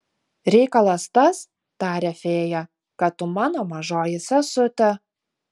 reikalas tas taria fėja kad tu mano mažoji sesutė